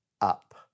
up